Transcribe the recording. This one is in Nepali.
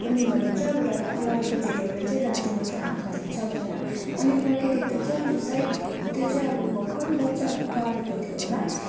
अनि भनिन्छ अब रात लाटोकोसेरोले चाहिँ राति मात्रै आँखा देख्छ भनेर अनि मैले देख्दा चाहिँ अब सायद त्यो चाहिँ अब भर्खर बच्चा पारेको थियो होला